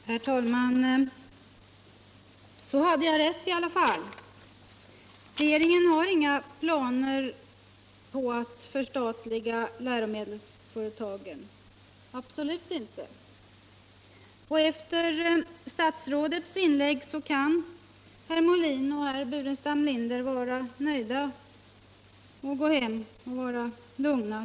Herr talman! Så hade jag rätt i alla fall. Regeringen har inga planer på att förstatliga läromedelsföretagen — absolut inte. Efter statsrådets inlägg kan herrar Molin och Burenstam Linder vara nöjda och gå hem lugna.